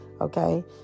okay